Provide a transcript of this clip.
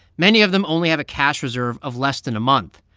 many of them only have a cash reserve of less than a month.